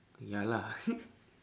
ya lah